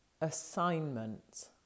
assignment